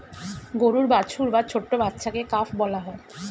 গরুর বাছুর বা ছোট্ট বাচ্ছাকে কাফ বলা হয়